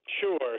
Sure